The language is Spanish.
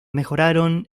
mejoraron